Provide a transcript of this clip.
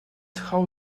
how